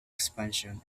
expansion